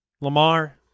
Lamar